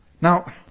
Now